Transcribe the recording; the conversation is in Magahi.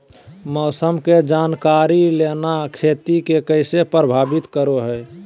मौसम के जानकारी लेना खेती के कैसे प्रभावित करो है?